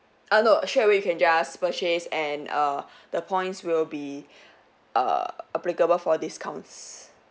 err no straight away you can just purchase and err the points will be err applicable for discounts